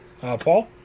Paul